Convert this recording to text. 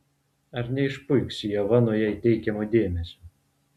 ar neišpuiks ieva nuo jai teikiamo dėmesio